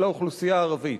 של האוכלוסייה הערבית.